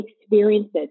experiences